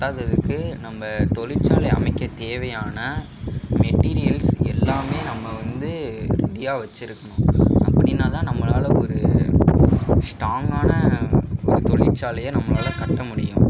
பத்தாதுக்கு நம்ம தொழிற்சாலை அமைக்க தேவையான மெட்டீரியல்ஸ் எல்லாமே நம்ம வந்து ரெடியாக வைச்சிருக்கணும் அப்படின்னாதான் நம்மளால் ஒரு ஸ்ட்ராங்கான ஒரு தொழிற்சாலையை நம்மளால் கட்ட முடியும்